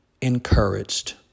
encouraged